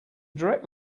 direct